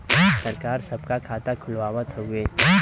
सरकार सबका खाता खुलवावत हउवे